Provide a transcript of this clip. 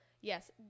yes